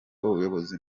ubuyobozi